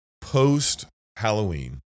post-Halloween